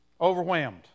Overwhelmed